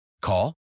Call